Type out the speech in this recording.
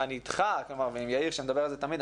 אני איתך ועם יאיר שמדבר על זה תמיד.